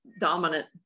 dominant